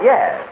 Yes